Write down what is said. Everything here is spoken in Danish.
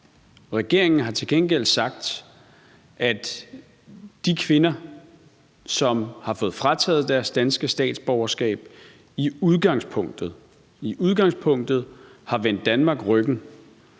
Regeringen har til gengæld sagt, at de kvinder, som har fået frataget deres danske statsborgerskab, i udgangspunktet har vendt Danmark ryggen